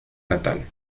natal